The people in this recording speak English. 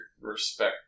respect